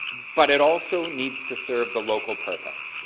but it also needs to serve the local purpose.